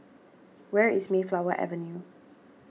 where is Mayflower Avenue